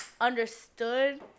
understood